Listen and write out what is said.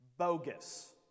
bogus